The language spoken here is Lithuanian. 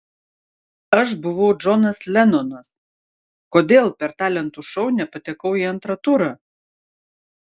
aš buvau džonas lenonas kodėl per talentų šou nepatekau į antrą turą